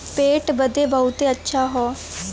पेट बदे बहुते अच्छा हौ